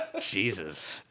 Jesus